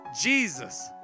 Jesus